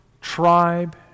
tribe